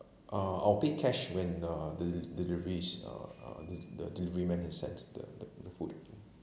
uh I'll pay cash when uh the deli~ the deliveries uh uh the the deliveryman has sends the the food